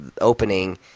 opening